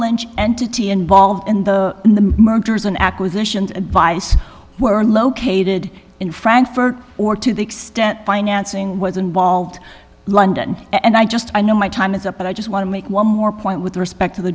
lynch entity involved in the mergers and acquisitions advice were located in frankfurt or to the extent financing was involved london and i just i know my time is up but i just want to make one more point with respect to the